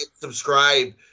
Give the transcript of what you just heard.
subscribe